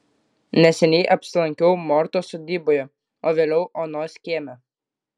neseniai apsilankiau mortos sodyboje o vėliau onos kieme